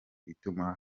ituma